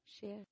share